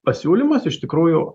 pasiūlymas iš tikrųjų